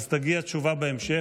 תגיע תשובה בהמשך,